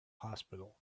hospital